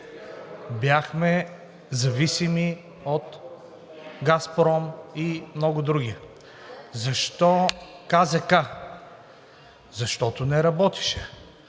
бяхме зависими от „Газпром“ и много други. Защо КЗК? Защото не работеше!